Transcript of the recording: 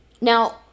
now